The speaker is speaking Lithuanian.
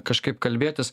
kažkaip kalbėtis